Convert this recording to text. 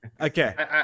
Okay